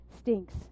Stinks